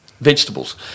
vegetables